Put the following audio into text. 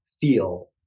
feel